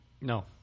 No